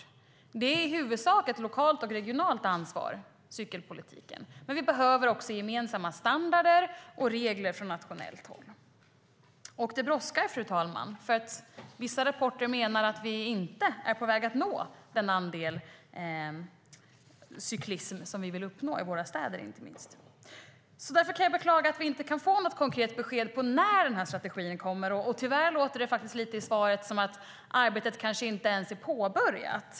Cykelpolitiken är i huvudsak ett lokalt och regionalt ansvar, men vi behöver också gemensamma standarder och regler från nationellt håll. Och det brådskar, fru talman, för vissa rapporter menar att vi inte är på väg att nå den andel cykling som vi vill uppnå, inte minst i våra städer. Därför kan jag beklaga att vi inte kan få något konkret besked om när strategin kommer. Tyvärr låter det lite i svaret som att arbetet kanske inte ens är påbörjat.